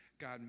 God